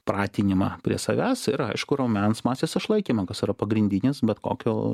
pratinimą prie savęs ir aišku raumens masės išlaikymą kas yra pagrindinis bet kokio